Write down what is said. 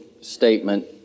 statement